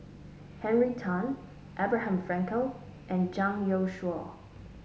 Henry Tan Abraham Frankel and Zhang Youshuo